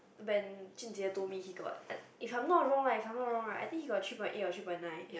when jun-jie told me he got if I am not wrong lah not wrong lah I think he got three point eight or three point nine